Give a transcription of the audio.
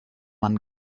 man